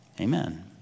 amen